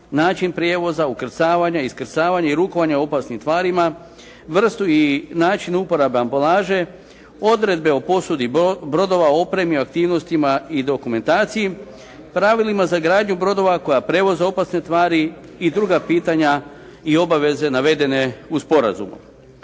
način prijevoza, ukrcavanja i iskrcavanja i rukovanja opasnim tvarima, vrstu i načinu uporaba ambalaže, odredbe o posudi brodova, opremim aktivnostima i dokumentaciji, pravilima za gradnju brodova koji prevoze opasne tvari i druga pitanja i obaveze navedene u sporazumu.